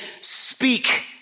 speak